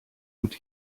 would